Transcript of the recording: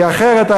כי אחרת,